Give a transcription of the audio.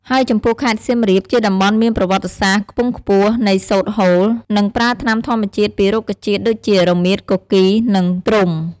ហើយចំពោះខេត្ត សៀមរាប ជាតំបន់មានប្រវត្តិសាស្ត្រខ្ពង់ខ្ពស់នៃសូត្រហូល និងប្រើថ្នាំធម្មជាតិពីរុក្ខជាតិដូចជា រមៀត, គគីរ និង ត្រុំ។